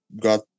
got